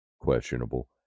questionable